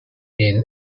been